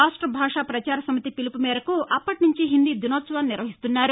రాష్ట భాషా ప్రచార సమితి పిలుపుమేరకు అప్పటి నుంచి హిందీ దినోత్సవాన్ని నిర్వహిస్తున్నారు